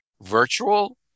virtual